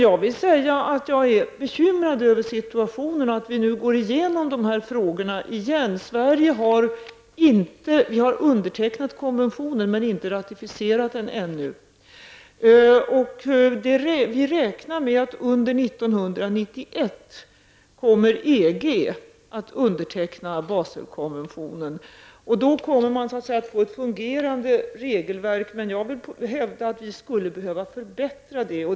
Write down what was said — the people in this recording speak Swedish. Jag vill dock säga att jag är bekymrad över situationen och att vi nu går igenom dessa frågor igen. Sverige har undertecknat konventionen, men ännu inte ratificerat den. Vi räknar med att EG under 1991 kommer att underteckna Baselkonventionen. Man kommer då att få ett fungerande regelverk, men jag vill ändå hävda att vi skulle behöva förbättra det.